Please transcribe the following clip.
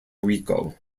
rico